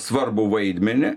svarbų vaidmenį